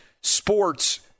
sports